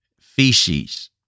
feces